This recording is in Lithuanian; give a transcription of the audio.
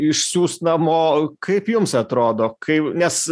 išsiųs namo kaip jums atrodo kai nes